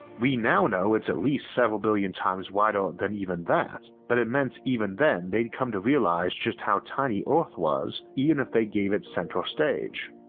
we now know it's at least several billion times wider than even that but it meant even then they'd come to realize just how tiny earth was, even if they gave it center stage.